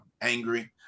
Angry